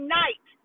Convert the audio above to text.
night